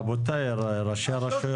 רבותיי ראשי הרשויות.